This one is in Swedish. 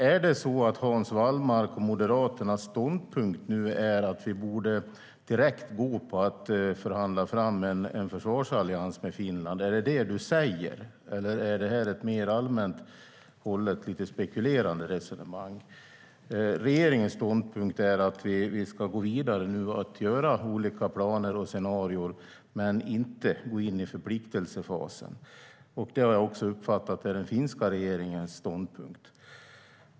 Är Hans Wallmarks och Moderaternas ståndpunkt nu att vi direkt borde gå på att förhandla fram en försvarsallians med Finland? Är det detta du säger, eller är det här ett mer allmänt hållet och lite spekulerande resonemang? Regeringens ståndpunkt är att vi nu ska gå vidare med att göra olika planer och scenarier, men inte gå in i förpliktelsefasen. Det har jag också uppfattat som den finska regeringens ståndpunkt.